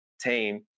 team